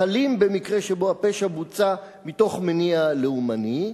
חלים במקרה שבו הפשע בוצע מתוך מניע לאומני,